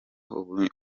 ubonye